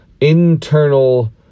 internal